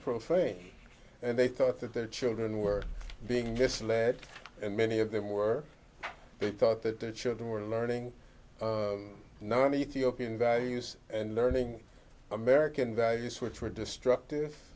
profane and they thought that their children were being misled and many of them were they thought that their children were learning none ethiopian values and learning american values which were destructive